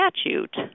statute